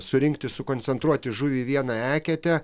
surinkti sukoncentruoti žuvį į vieną eketę